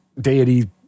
deity